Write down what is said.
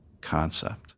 concept